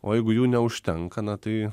o jeigu jų neužtenka na tai